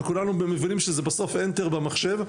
וכולנו מבינים שזה בסוף אנטר במחשב,